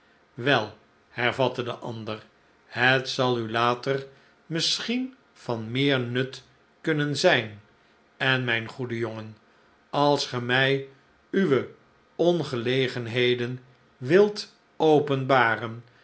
wel hervatte de ander het zal u later misschien van meer nut kunnen zijn en mijn goede jongen als ge mij uwe ongelegenheden wilt openbaren